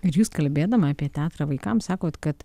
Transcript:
ir jūs kalbėdama apie teatrą vaikams sakot kad